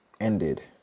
Ended